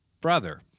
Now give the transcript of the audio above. brother